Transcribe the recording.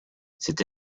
cette